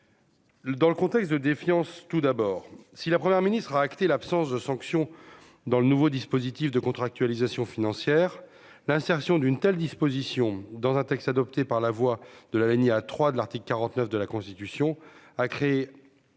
Dans le contexte de défiance tout d'abord, si la première ministre a acté l'absence de sanction dans le nouveau dispositif de contractualisation financière l'insertion d'une telle disposition dans un texte adopté par la voix de la laine, il a 3 de l'article 49 de la Constitution, a créé